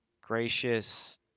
gracious